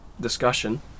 discussion